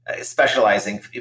specializing